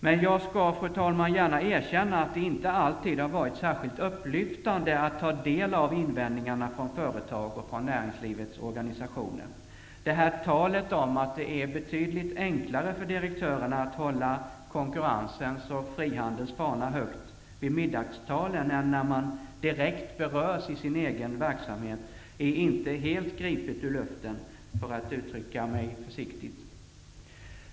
Men jag skall, fru talman, gärna erkänna att det inte alltid har varit särskilt upplyftande att ta del av invändningarna från företag och från näringslivets olika organisationer. Talet om att det är betydligt enklare för direktörerna att hålla konkurrensens och frihandelns fana högt vid middagstalen än när man direkt berörs i sin egen verksamhet är inte helt gripet ur luften -- för att nu uttrycka mig försiktigt.